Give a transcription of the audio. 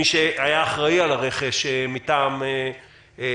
מי שהיה אחראי על הרכש מטעם הממשלה